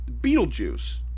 Beetlejuice